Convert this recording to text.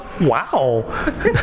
wow